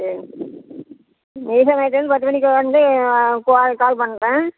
சரிங்க இசேவை மையத்துலேருந்து பத்து மணிக்கு வந்து போ கால் பண்ணுறேன்